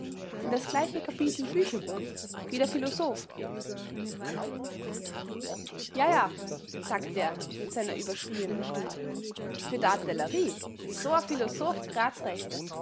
in das gleiche kapitel bücherwurm wie der philosoph ja ja sagte er mit seiner überschrieenen stimme für d'artillerie is so a philosoph